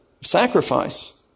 Sacrifice